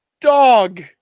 dog